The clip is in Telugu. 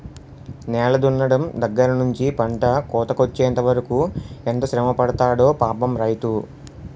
నేల దున్నడం దగ్గర నుంచి పంట కోతకొచ్చెంత వరకు ఎంత శ్రమపడతాడో పాపం రైతు